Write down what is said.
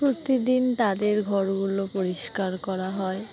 প্রতিদিন তাদের ঘরগুলো পরিষ্কার করা হয়